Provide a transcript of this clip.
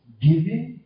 giving